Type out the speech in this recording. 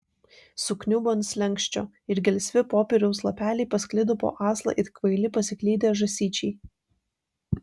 sukniubo ant slenksčio ir gelsvi popieriaus lapeliai pasklido po aslą it kvaili pasiklydę žąsyčiai